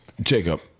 Jacob